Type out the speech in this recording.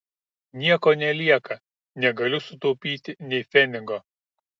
nieko nelieka negaliu sutaupyti nė pfenigo